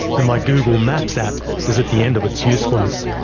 and my google maps app is at the end of its usefulness.